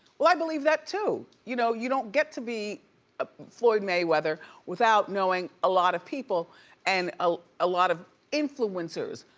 i believe that too. you know you don't get to be ah floyd mayweather without knowing a lot of people and ah a lot of influencers.